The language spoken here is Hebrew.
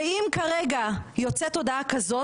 אם כרגע יוצאת הודעה כזאת,